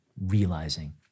realizing